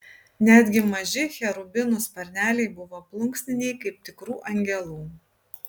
netgi maži cherubinų sparneliai buvo plunksniniai kaip tikrų angelų